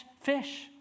fish